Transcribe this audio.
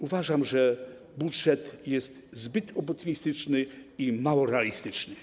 Uważam, że budżet jest zbyt optymistyczny i mało realistyczny.